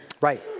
Right